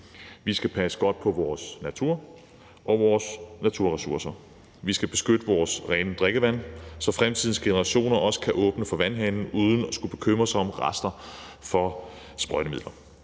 Vi skal passe godt på vores natur og vores naturressourcer. Vi skal beskytte vores rene drikkevand, så fremtidens generationer også kan åbne for vandhanen uden at skulle bekymre sig om rester af sprøjtemidler.